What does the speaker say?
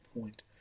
point